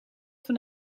van